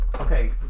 okay